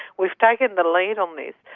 we've taken the lead on this,